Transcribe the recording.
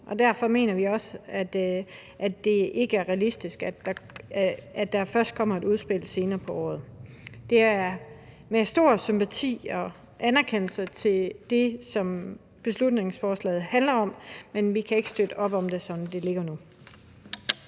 derfor mener vi også, at det ikke er realistisk, når der kommer et udspil senere på året. Det er med stor sympati og anerkendelse i forhold til det, som beslutningsforslaget handler om, men vi kan ikke støtte op om det, som det ligger nu.